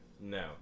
No